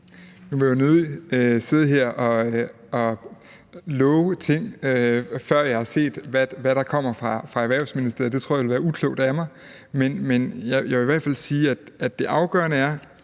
Nu vil jeg nødig stå her og love ting, før jeg har set, hvad der kommer fra Erhvervsministeriet – det tror jeg ville være uklogt af mig. Men jeg vil i hvert fald sige, at det afgørende er,